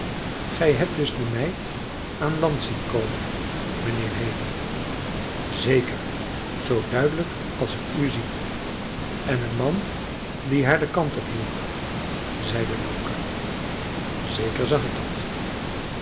gij hebt dus die meid aan land zien komen mijnheer haley zeker zoo duidelijk als ik u zie en een man die haar den kant ophielp zeide loker zeker zag ik dat